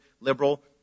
Liberal